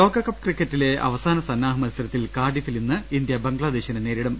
ലോകകപ്പ് ക്രിക്കറ്റിലെ അവസാന സന്നാഹ മത്സരത്തിൽ കാർഡിഫിൽ ഇന്ന് ഇന്ത്യ ബംഗ്ലാദേശിനെ നേരിടും